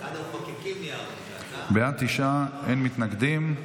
בעד, תשעה, אין מתנגדים.